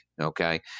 Okay